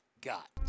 got